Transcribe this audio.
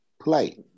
play